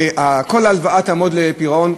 כל ההלוואה תעמוד לפירעון,